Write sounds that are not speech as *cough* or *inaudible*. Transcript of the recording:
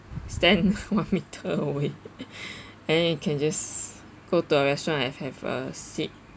stand one meter away *laughs* and then you can just go to a restaurant and have a seat